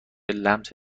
لمست